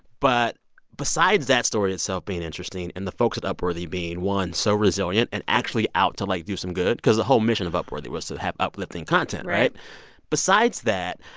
but besides that story itself being interesting and the folks at upworthy being, one, so resilient and actually out to, like, do some good because the whole mission of upworthy was to have uplifting content, right? right besides that,